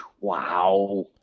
Wow